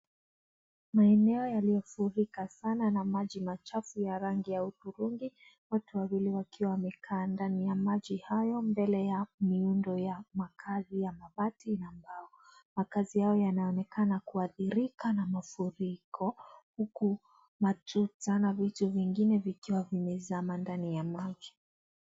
Ni eneo iliyofurika sana na maji machafu ya rangi ya hudhurungi huku wawili wakiwa wamekaa ndani ya maji haya mbele ya miundo ya makazi ya mabati na mbao. Makazi hayo yanaonekana kuadhirika na maji hayo huku matuta na vitu vingine vikiwa vimezama ndani ya maji.